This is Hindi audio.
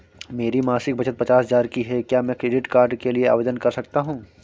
मेरी मासिक बचत पचास हजार की है क्या मैं क्रेडिट कार्ड के लिए आवेदन कर सकता हूँ?